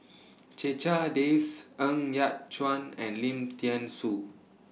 Checha Davies Ng Yat Chuan and Lim Thean Soo